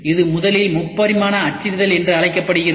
இது முதலில் முப்பரிமாண அச்சிடுதல் என்று அழைக்கப்பட்டது